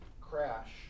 crash